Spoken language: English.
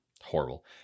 horrible